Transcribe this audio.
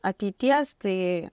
ateities tai